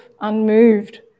unmoved